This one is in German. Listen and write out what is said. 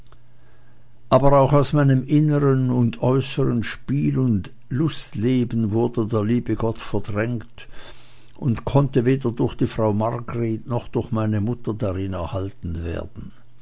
aber auch aus meinem innern und äußern spiel und lustleben wurde der liebe gott verdrängt und konnte weder durch die frau margret noch durch meine mutter darin erhalten werden